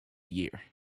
year